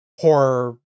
horror